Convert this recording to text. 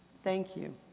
thank you,